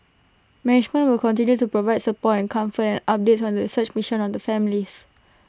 management will continue to provide support and comfort and updates on the search mission on the families